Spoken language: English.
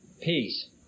peace